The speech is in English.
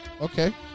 Okay